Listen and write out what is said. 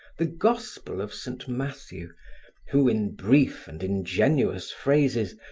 the gospel of saint matthew who, in brief and ingenuous phrases,